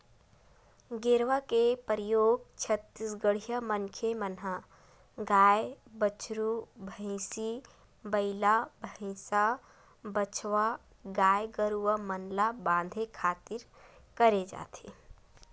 गेरवा के परियोग छत्तीसगढ़िया मनखे मन ह गाय, बछरू, भंइसी, बइला, भइसा, बछवा गाय गरुवा मन ल बांधे खातिर करे जाथे